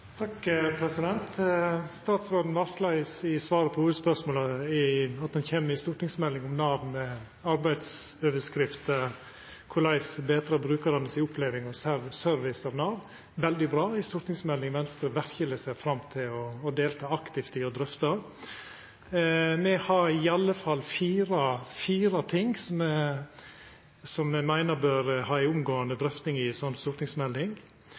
på hovudspørsmålet at det kjem ei stortingsmelding om Nav med arbeidsoverskrifta: Korleis betre brukaranes oppleving av servicen frå Nav? Det er veldig bra – ei stortingsmelding Venstre verkeleg ser fram til å delta aktivt i å drøfta. Me har i alle fall fire ting som me meiner bør få ei inngåande drøfting i ei slik stortingsmelding.